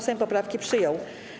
Sejm poprawki przyjął.